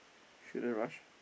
should they rush